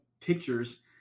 pictures